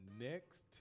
next